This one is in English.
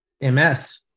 MS